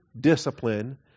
discipline